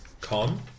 Con